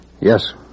Yes